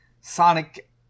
Sonic